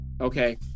Okay